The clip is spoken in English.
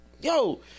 yo